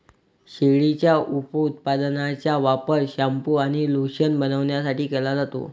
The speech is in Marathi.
शेळीच्या उपउत्पादनांचा वापर शॅम्पू आणि लोशन बनवण्यासाठी केला जातो